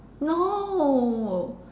no